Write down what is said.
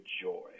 joy